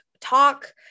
talk